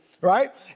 right